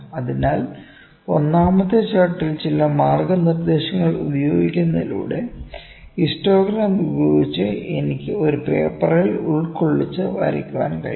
അതിനാൽ ഒന്നാമത്തെ ചാർട്ടിൽ ചില മാർഗ്ഗനിർദ്ദേശങ്ങൾ ഉപയോഗിക്കുന്നതിലൂടെ ഹിസ്റ്റോഗ്രാം ഉപയോഗിച്ച് എനിക്ക് ഒരു പേപ്പറിൽ ഉൾക്കൊള്ളിച്ച് വരയ്ക്കാൻ കഴിയും